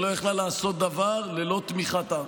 ולא יכלה לעשות דבר ללא תמיכתה.